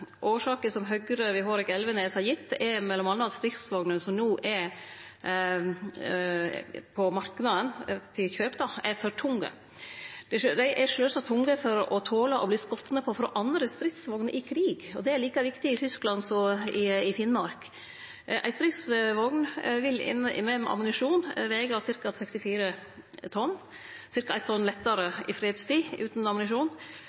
som Høgres Hårek Elvenes har gitt, er m.a. at stridsvognene som no er på marknaden for kjøp, er for tunge. Dei er sjølvsagt tunge for å tole å bli skotne på av andre stridsvogner i krig – og det er like viktig i Tyskland som i Finnmark. Ei stridsvogn med ammunisjon vil vege ca. 64 tonn, ca. 1 tonn lettare i fredstid utan ammunisjon. U.S. Armys førehandslagra vogner veg ca. 68 tonn.